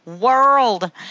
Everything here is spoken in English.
world